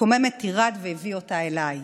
קומם את עירד והביא אותה אליי